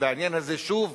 בעניין הזה, שוב,